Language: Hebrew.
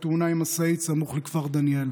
בתאונה סמוך לכפר שמריהו.